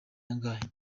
angahe